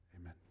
Amen